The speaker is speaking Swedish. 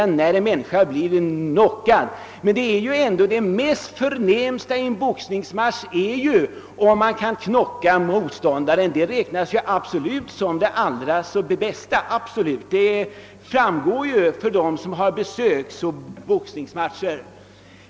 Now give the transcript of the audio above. Jag anser naturligtvis att det är en olycka att en människa blir knockad, men det förnämsta i en boxningsmatch anses vara att lyckas knocka motståndaren — det räknas absolut som det allra bästa, det kan alla intyga som har bevistat boxningsmatcher.